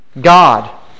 God